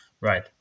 Right